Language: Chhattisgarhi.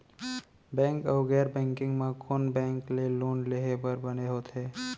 बैंक अऊ गैर बैंकिंग म कोन बैंक ले लोन लेहे बर बने होथे?